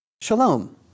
Shalom